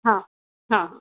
हाँ हाँ